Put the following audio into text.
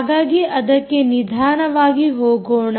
ಹಾಗಾಗಿ ಅದಕ್ಕೆ ನಿಧಾನವಾಗಿ ಹೋಗೋಣ